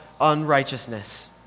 unrighteousness